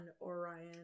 Orion